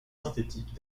synthétique